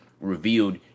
revealed